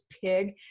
pig